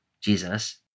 Jesus